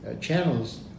channels